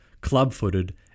club-footed